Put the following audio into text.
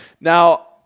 Now